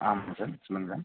ஆமாம் சார் சொல்லுங்கள் சார்